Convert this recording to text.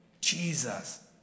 Jesus